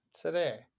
today